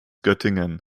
göttingen